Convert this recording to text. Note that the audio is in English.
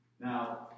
Now